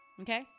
Okay